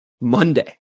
Monday